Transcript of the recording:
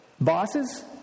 Bosses